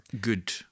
good